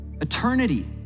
Eternity